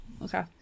Okay